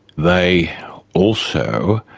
they also,